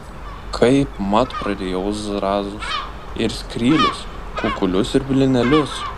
kaipmat prarijau zrazus ir skrylius kukulius ir blynelius